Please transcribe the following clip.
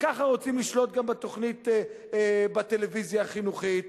וככה רוצים לשלוט גם בטלוויזיה החינוכית.